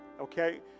Okay